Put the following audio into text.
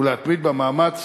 ולהתמיד במאמץ